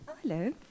Hello